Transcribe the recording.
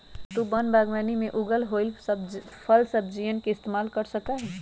तु वन बागवानी में उगल होईल फलसब्जियन के इस्तेमाल कर सका हीं